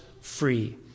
free